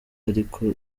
ariko